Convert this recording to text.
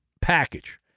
package